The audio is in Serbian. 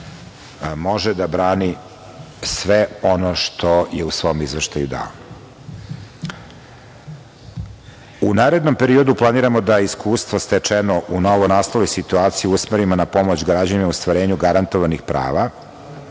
može da brani sve ono što je u svom izveštaju dao.U narednom periodu planiramo da iskustva stečeno u novonastaloj situaciji usmerimo na pomoć građanima u ostvarenju garantovanih prava,